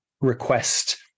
request